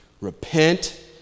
Repent